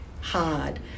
hard